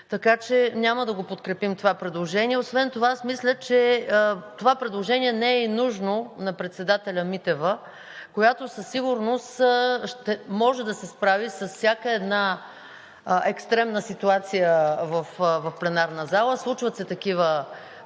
така че няма да го подкрепим това предложение. Освен това аз мисля, че това предложение не е и нужно на председателя Митева, която със сигурност може да се справи с всяка една екстремна ситуация в пленарната зала. Случват се такива